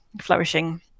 flourishing